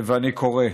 ואני קורא: